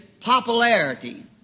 popularity